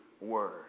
word